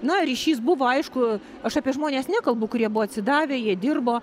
na ryšys buvo aišku aš apie žmones nekalbu kurie buvo atsidavę jie dirbo